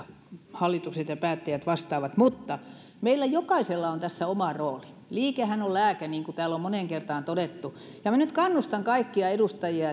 hallitukset ja päättäjät vastaavat mutta meillä jokaisella on tässä oma rooli liikehän on lääke niin kuin täällä on moneen kertaan todettu ja minä nyt kannustan kaikkia edustajia